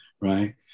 right